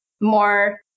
more